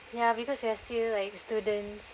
ya because you are still like students